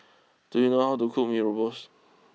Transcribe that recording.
do you know how to cook Mee Rebus